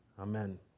Amen